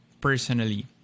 personally